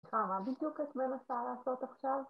מה בדיוק את מנסה לעשות עכשיו?